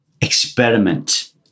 experiment